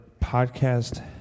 podcast